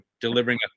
delivering